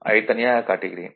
அதை தனியாகக் காட்டுகிறேன்